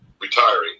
retiring